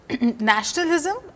Nationalism